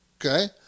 Okay